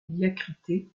diacrité